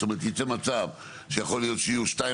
זאת אומרת ייצא מצב שיכול להיות שניים